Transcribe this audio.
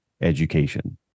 education